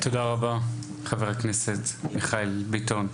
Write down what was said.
תודה רבה חבר הכנסת מיכאל ביטון.